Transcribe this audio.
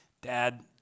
Dad